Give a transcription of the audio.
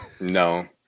No